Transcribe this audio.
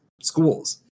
schools